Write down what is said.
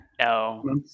No